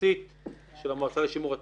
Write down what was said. הארצית של המועצה לשימור אתרים.